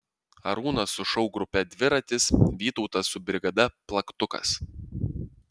arūnas su šou grupe dviratis vytautas su brigada plaktukas